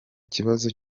kibazo